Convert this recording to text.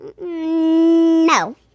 No